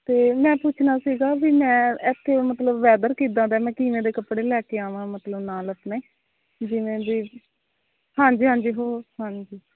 ਅਤੇ ਮੈਂ ਪੁੱਛਣਾ ਸੀ ਵੀ ਮੈਂ ਇੱਥੇ ਮਤਲਬ ਵੈਦਰ ਕਿੱਦਾਂ ਦਾ ਹੈ ਮੈਂ ਕਿਵੇਂ ਦੇ ਕੱਪੜੇ ਲੈ ਕੇ ਆਵਾਂ ਮਤਲਬ ਨਾਲ ਆਪਣੇ ਜਿਵੇਂ ਜੀ ਹਾਂਜੀ ਹਾਂਜੀ ਹੋ ਹਾਂਜੀ